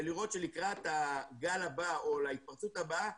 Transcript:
ולראות שלקראת הגל הבא או ההתפרצות הבאה,